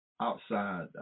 outside